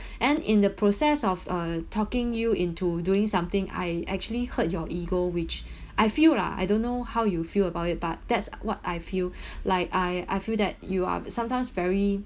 and in the process of uh talking you into doing something I actually hurt your ego which I feel lah I don't know how you feel about it but that's what I feel like I I feel that you are sometimes very